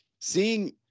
seeing